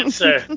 sir